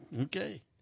Okay